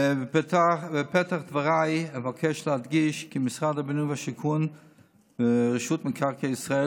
בפתח דבריי אבקש להדגיש כי משרד הבינוי והשיכון ורשות מקרקעי ישראל